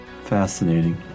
Fascinating